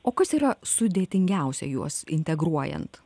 o kas yra sudėtingiausia juos integruojant